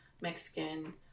Mexican